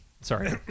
Sorry